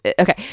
Okay